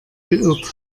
geirrt